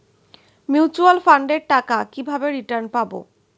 Mutual ফান্ডের টাকা কিভাবে রিটার্ন পাব?